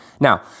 Now